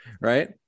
Right